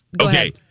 Okay